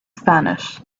spanish